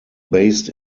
based